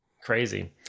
crazy